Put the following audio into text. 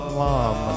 mom